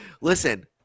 Listen